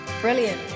Brilliant